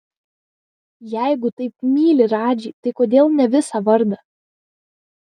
jeigu taip myli radžį tai kodėl ne visą vardą